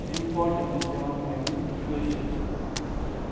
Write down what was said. تہٕ اِمپاٹَنٕس دِوان پنٛنہِ کٲشرِ زَبانہِ شُکریہ